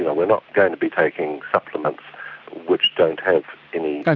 you know we're not going to be taking supplements which don't have any and